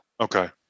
Okay